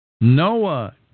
Noah